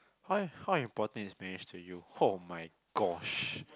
how how important is marriage is to you oh-my-gosh